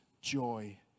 joy